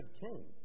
king